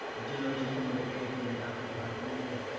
a generation coming over age during the occupied movement,